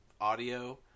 audio